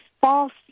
false